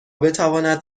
بتواند